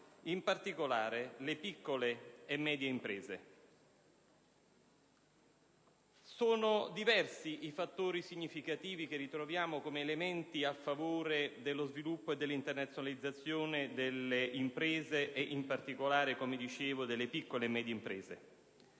in particolare quelle piccole e medie. Sono diversi i fattori significativi che troviamo come elementi in favore dello sviluppo e dell'internazionalizzazione delle imprese e in particolare, come dicevo, delle piccole e medie imprese: